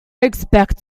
expect